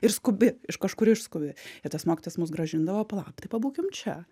ir skubi iš kažkur išskubi ir tas mokytojas mus grąžindavo palaukim tai pabūkim čia